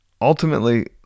ultimately